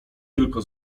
tylko